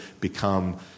become